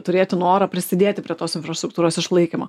turėti noro prisidėti prie tos infrastruktūros išlaikymo